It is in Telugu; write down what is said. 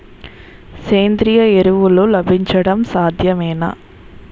సేంద్రీయ ఎరువులు లభించడం సాధ్యమేనా?